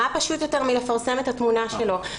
מה פשוט יותר מלפרסם את התמונה שלו,